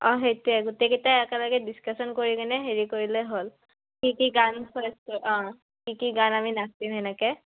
অঁ সেইটোৱে গোটেইকেইটাই একেলগে ডিছকাচন কৰি কিনে হেৰি কৰিলে হ'ল কি কি গান অঁ কি কি গান আমি নাচিম সেনেকে